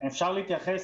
אני מבקש להתייחס